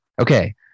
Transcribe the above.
okay